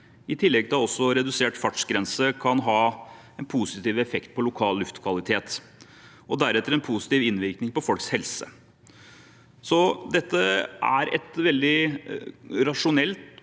i tillegg til at redusert fartsgrense også kan ha en positiv effekt på lokal luftkvalitet og deretter en positiv innvirkning på folks helse. Så dette er veldig rasjonelt